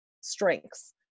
strengths